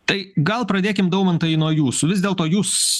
tai gal pradėkim daumantą nuo jūsų vis dėlto jūs